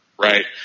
right